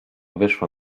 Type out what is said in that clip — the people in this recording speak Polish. wyszła